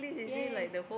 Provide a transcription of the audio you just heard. ya ya